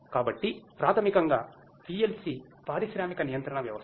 కాబట్టి ప్రాథమికంగా PLC పారిశ్రామిక నియంత్రణ వ్యవస్థ